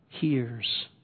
hears